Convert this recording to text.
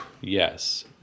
Yes